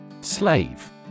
Slave